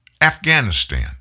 Afghanistan